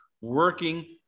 working